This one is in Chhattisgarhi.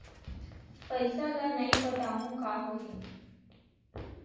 पईसा ल नई पटाहूँ का होही?